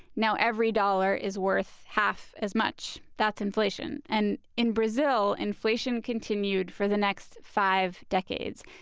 now every dollar is worth half as much. that's inflation. and in brazil, inflation continued for the next five decades.